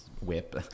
whip